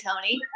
Tony